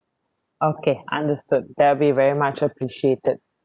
okay understood that will be very much appreciated